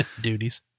Duties